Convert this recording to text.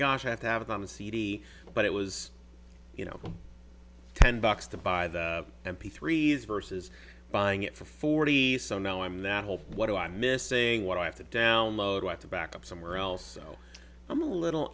gosh i have to have it on the cd but it was you know ten bucks to buy the m p three s versus buying it for forty some now i'm that whole what do i miss saying what i have to download what to back up somewhere else so i'm a little